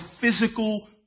physical